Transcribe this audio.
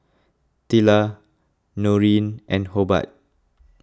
Tilla Noreen and Hobart